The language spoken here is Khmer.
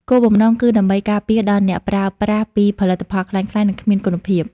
គោលបំណងគឺដើម្បីការពារដល់អ្នកប្រើប្រាស់ពីផលិតផលក្លែងក្លាយ និងគ្មានគុណភាព។